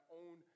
own